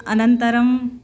अनन्तरम्